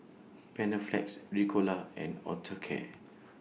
Panaflex Ricola and Osteocare